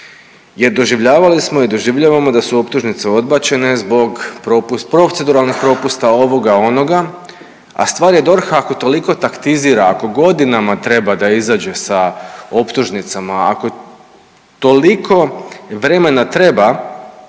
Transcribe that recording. jer doživljavali smo i doživljavamo da su optužnice odbačene zbog proceduralne propusta ovoga, onoga, a stvar je DORH-a ako toliko taktizira ako godinama treba da izađe sa optužnicama, ako toliko vremena treba